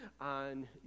on